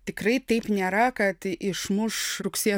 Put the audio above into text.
tikrai taip nėra kad išmuš rugsėjo